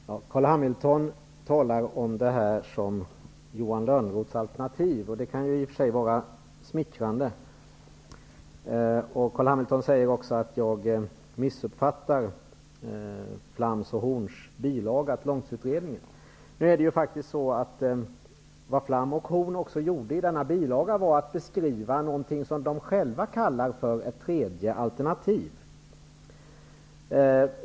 Herr talman! Carl Hamilton talar om förslaget som Johan Lönnroths alternativ. Det kan i och för sig vara smickrande. Carl Hamilton säger också att jag missuppfattar Flams och Horns bilaga till långtidsutredningen. Det Flam och Horn också gjorde i denna bilaga var att beskriva någonting som de själva kallar för ett tredje alternativ.